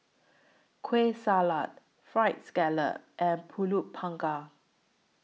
Kueh Salat Fried Scallop and Pulut Panggang